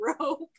rope